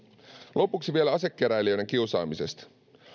lopuksi vielä asekeräilijöiden kiusaamisesta